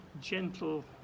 gentle